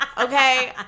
okay